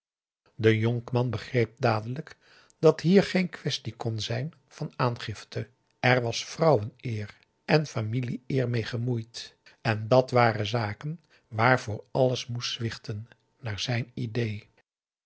de jonkman begreep dadelijk dat hier geen quaestie kon zijn van aangifte er was vrouweneer en familie eer mee gemoeid en dat waren zaken waarvoor alles moest zwichten naar zijn idée